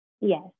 Yes